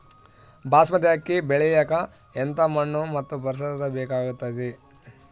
ಬಾಸ್ಮತಿ ಅಕ್ಕಿ ಬೆಳಿಯಕ ಎಂಥ ಮಣ್ಣು ಮತ್ತು ಪರಿಸರದ ಬೇಕಾಗುತೈತೆ?